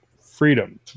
Freedom